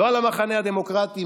לא על המחנה הדמוקרטי,